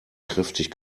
kräftig